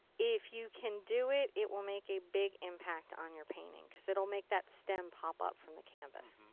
if you can do it, it will make a big impact on your painting. because it will make that stem pop up from the canvas.